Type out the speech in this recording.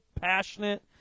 passionate